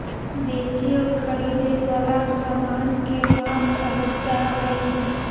बेचे और खरीदे वला समान के माल कहल जा हइ